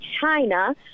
China